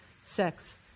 sex